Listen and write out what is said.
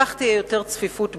כך תהיה יותר צפיפות בכביש,